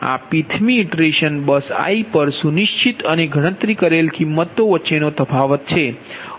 આ pthમી ઇટરેશન બસ i પર સુનિશ્ચિત અને ગણતરી કરેલ કિંમતો વચ્ચેનો તફાવત છે